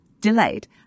delayed